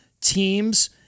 teams